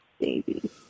Baby